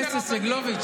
מסביב לרבנים,